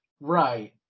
right